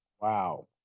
Wow